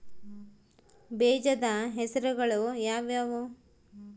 ಬೇಜದ ಹೆಸರುಗಳು ಯಾವ್ಯಾವು?